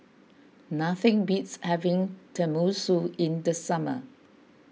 nothing beats having Tenmusu in the summer